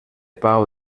pau